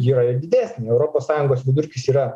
yra didesnė europos sąjungos vidurkis yra